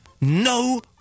no